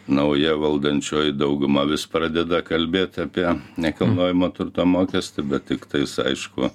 nauja valdančioji dauguma vis pradeda kalbėt apie nekilnojamo turto mokestį bet tiktais aišku